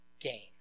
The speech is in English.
gain